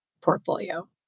portfolio